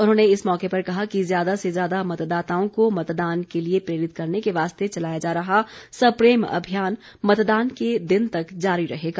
उन्होंने इस मौके पर कहा कि ज्यादा से ज्यादा मतदाताओं को मतदान के लिए प्रेरित करने के वास्ते चलाया जा रहा सप्रेम अभियान मतदान के दिन तक जारी रहेगा